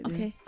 Okay